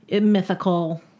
Mythical